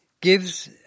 gives